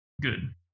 good